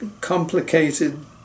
complicated